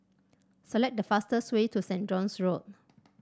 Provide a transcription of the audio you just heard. select the fastest way to Saint John's Road